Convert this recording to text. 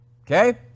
Okay